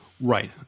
Right